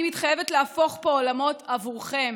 אני מתחייבת להפוך פה עולמות עבורכם